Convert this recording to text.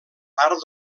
part